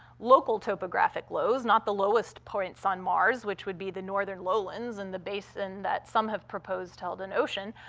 local topographic lows, not the lowest points on mars, which would be the northern lowlands and the basin that some have proposed held an ocean,